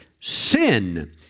sin